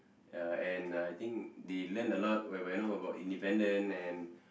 ya and uh I think they learn a lot whereby know about independent and